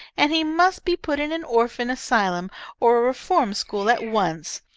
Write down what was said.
and he must be put in an orphan asylum or a reform school at once.